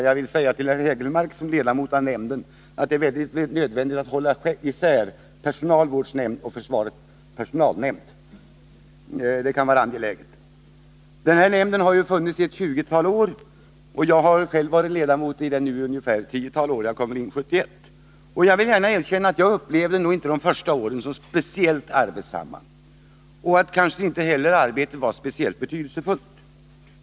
Jag vill säga till herr Hägelmark, som är ledamot av nämnden, att det är nödvändigt och angeläget att hålla isär försvarets personalvårdsnämnd och försvarets personalnämnd. Nämnden har funnits i ett tjugotal år. Jag har själv varit ledamot av deni ett tiotal år — jag kom in i den 1971. Jag skall gärna erkänna att jag inte upplevde de första åren som speciellt arbetsamma. Jag tyckte kanske inte heller att arbetet var så särskilt betydelsefullt.